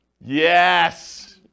Yes